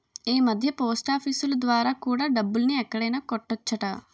ఈమధ్య పోస్టాఫీసులు ద్వారా కూడా డబ్బుల్ని ఎక్కడైనా కట్టొచ్చట